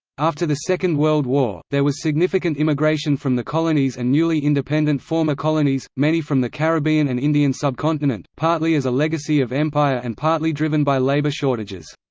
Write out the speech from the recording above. after the second world war, there was significant immigration from the colonies and newly independent former colonies, many from the caribbean and indian subcontinent, partly as a legacy of empire and partly driven by labour shortages.